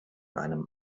einem